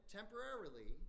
temporarily